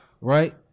Right